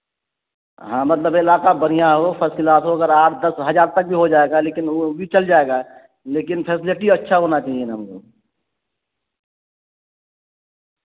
ہاں مطلب علاقہ بڑھیا ہو فسٹ کلاس ہو اگر آٹھ دس ہزار تک بھی ہو جائے گا لیکن وہ بھی چل جائے گا لیکن فیسلٹی اچھا ہونا چاہیے نا ہم کو